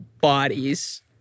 bodies